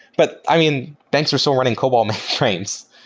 but i mean thanks we're still running cobol mainframes.